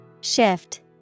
Shift